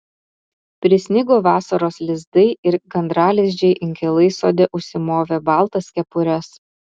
prisnigo vasaros lizdai ir gandralizdžiai inkilai sode užsimovė baltas kepures